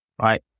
Right